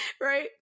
right